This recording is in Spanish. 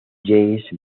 james